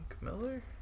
Miller